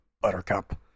buttercup